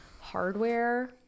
hardware